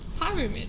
pyramid